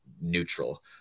neutral